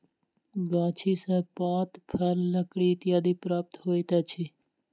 गाछी सॅ पात, फल, लकड़ी इत्यादि प्राप्त होइत अछि